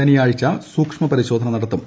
ശനിയാഴ്ച സൂക്ഷ്മ പരിശോധന നടത്തും